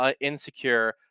insecure